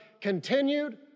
continued